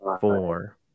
four